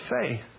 faith